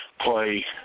play